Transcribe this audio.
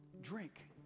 Drink